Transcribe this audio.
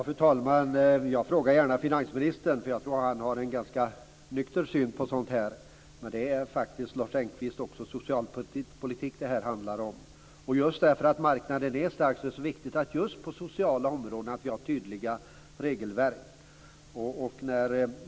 Fru talman! Jag frågar gärna finansministern, för jag tror att han har en ganska nykter syn på det här. Det handlar dock faktiskt också om socialpolitik, Lars Engqvist. Just därför att marknaden är stark är det just på de sociala områdena viktigt att ha tydliga regelverk.